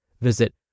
Visit